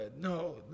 No